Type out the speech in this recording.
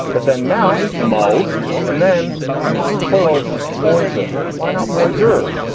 but then mouse mouths and then for the plural is moyse. ah well, why not moyse? xur.